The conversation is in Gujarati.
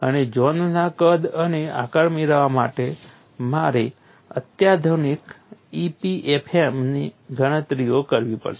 અને ઝોનના કદ અને આકાર મેળવવા માટે તમારે અત્યાધુનિક EPFM ગણતરીઓ કરવી પડશે